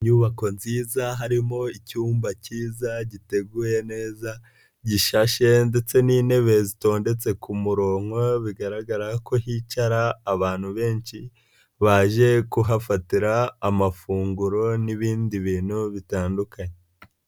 Inyubako nziza harimo icyumba kiza giteguye neza gishyashye ndetse n'intebe zitondetse ku murongo, bigaragara ko hicara abantu benshi baje kuhafatira amafunguro n'ibindi bintu bitandukanye.